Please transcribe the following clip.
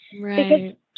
right